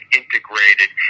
integrated